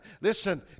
Listen